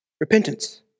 Repentance